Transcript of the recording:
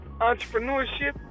entrepreneurship